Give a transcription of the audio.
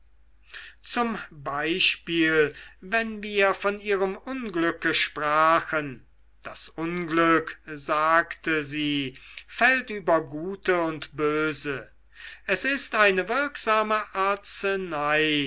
zum beispiel wenn wir von ihrem unglücke sprachen das unglück sagte sie fällt über gute und böse es ist eine wirksame arzenei